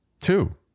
Two